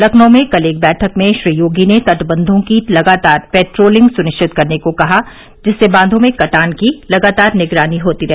लखनऊ में कल एक बैठक में श्री योगी ने तटबंधों की लगातार पेट्रोलिंग सुनिश्चित करने को कहा जिससे बांधों में कटान की लगातार निगरानी होती रहे